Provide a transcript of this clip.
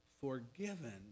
forgiven